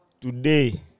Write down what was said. today